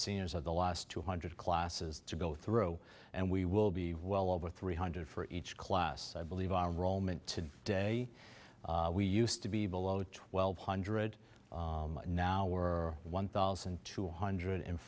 seniors are the last two hundred classes to go through and we will be well over three hundred for each class i believe are roman to day we used to be below twelve hundred now we're one thousand two hundred and